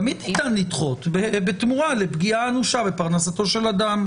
תמיד ניתן לדחות בתמורה לפגיעה אנושה בפרנסתו של אדם.